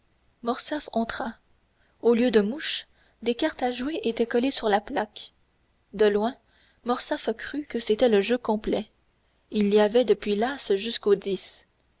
entra au lieu de mouches des cartes à jouer étaient collées sur la plaque de loin morcerf crut que c'était le jeu complet il y avait depuis l'as jusqu'au